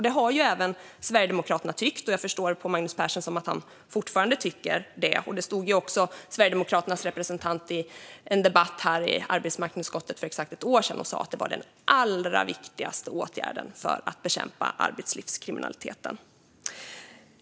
Det har även Sverigedemokraterna tyckt, och jag förstår på Magnus Persson att han fortfarande tycker det. Sverigedemokraternas representant stod också här i en debatt i arbetsmarknadsutskottet för ett år sedan och sa att det var den allra viktigaste åtgärden för att bekämpa arbetslivskriminaliteten.